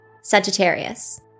Sagittarius